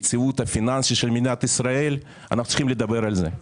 ליציבות הפיננסית של מדינת ישראל אנחנו צריכים לדבר על זה.